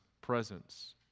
presence